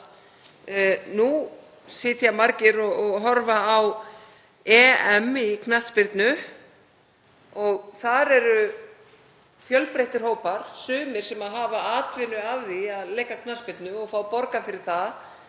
Nú sitja margir og horfa á EM í knattspyrnu. Þar eru fjölbreyttir hópar, sumir sem hafa atvinnu af því að leika knattspyrnu og fá borgað fyrir það,